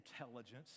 intelligence